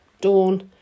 dawn